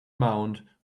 mound